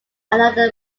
another